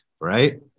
right